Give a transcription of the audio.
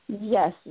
Yes